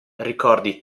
ricordi